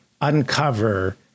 uncover